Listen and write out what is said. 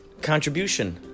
contribution